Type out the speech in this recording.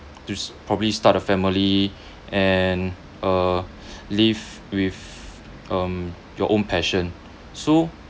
to probably start a family and uh live with um your own passion so